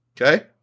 Okay